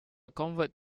convert